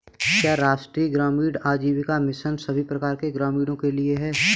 क्या राष्ट्रीय ग्रामीण आजीविका मिशन सभी प्रकार के ग्रामीणों के लिए है?